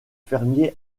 fermier